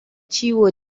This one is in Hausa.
ciwo